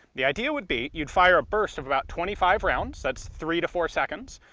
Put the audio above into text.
the idea would be you'd fire a burst of about twenty five ro unds, that's three to four seconds,